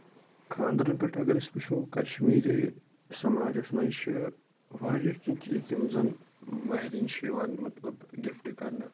خاندرَن پٮ۪ٹھ اَگر أسۍ وُچھو کَشمیٖری سَماجس منٛز چھِ واریاہ کیٚنہہ چیٖز یِم زَن مہرٮ۪نۍ چھِ یِوان مطلب گِفٹ کرنہٕ